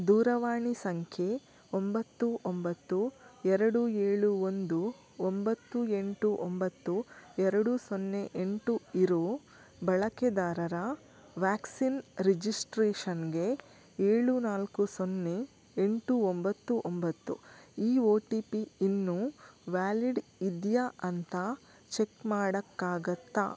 ದೂರವಾಣಿ ಸಂಖ್ಯೆ ಒಂಬತ್ತು ಒಂಬತ್ತು ಎರಡು ಏಳು ಒಂದು ಒಂಬತ್ತು ಎಂಟು ಒಂಬತ್ತು ಎರಡು ಸೊನ್ನೆ ಎಂಟು ಇರೋ ಬಳಕೆದಾರರ ವ್ಯಾಕ್ಸಿನ್ ರಿಜಿಸ್ಟ್ರೇಷನ್ಗೆ ಏಳು ನಾಲ್ಕು ಸೊನ್ನೆ ಎಂಟು ಒಂಬತ್ತು ಒಂಬತ್ತು ಈ ಓ ಟಿ ಪಿ ಇನ್ನೂ ವ್ಯಾಲಿಡ್ ಇದೆಯಾ ಅಂತ ಚೆಕ್ ಮಾಡೋಕ್ಕಾಗತ್ತಾ